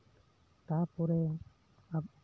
ᱛᱟᱨᱯᱚᱨᱮ ᱟᱵᱚ